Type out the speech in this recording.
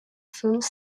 films